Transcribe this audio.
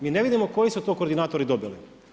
Mi ne vidimo koji su to koordinatori dobili.